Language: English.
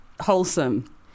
Wholesome